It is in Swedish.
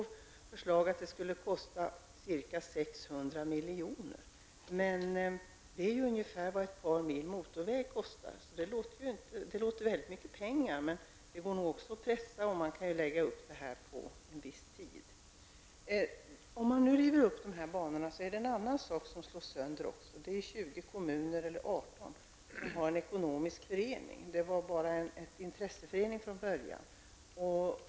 I förslaget sägs att det skulle kosta ca 600 milj.kr. Det är ju ungefär vad det kostar att anlägga ett par mil motorväg. Det låter som om det vore väldigt mycket pengar, men det går nog också att pressa kostnaderna och man kan ju lägga upp det på en viss tid. Om man nu river upp dessa banor slår man samtidigt sönder de ekonomiska föreningar, från början intresseföreningar, som 18 eller 20 kommuner har bildat.